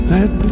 Let